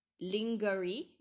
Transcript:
lingerie